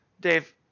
Dave